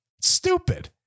Stupid